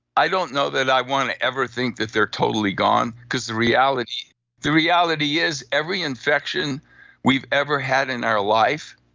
i don't know that i want to ever think that they're totally gone because the reality the reality is every infection we've ever had in our life,